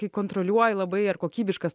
kai kontroliuoji labai ar kokybiškas